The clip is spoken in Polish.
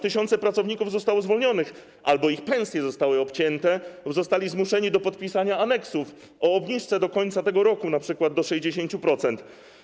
Tysiące pracowników zostało zwolnionych albo ich pensje zostały obcięte lub zostali oni zmuszeni do podpisania aneksów dotyczących obniżki pensji do końca tego roku np. do 60%.